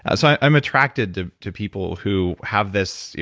ah so, i'm attracted to to people who have this, yeah